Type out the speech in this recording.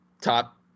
top